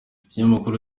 ikinyamakuru